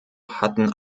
hatten